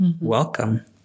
Welcome